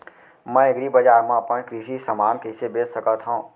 मैं एग्रीबजार मा अपन कृषि समान कइसे बेच सकत हव?